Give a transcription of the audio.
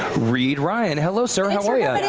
reid ryan. hello, sir, how are yeah but